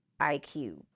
IQ